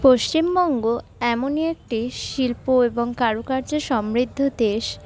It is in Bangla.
পশ্চিমবঙ্গ এমনই একটি শিল্প এবং কারুকার্যের সমৃদ্ধ দেশ